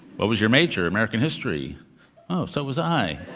what was your major? american history so was i.